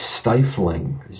stifling